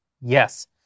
Yes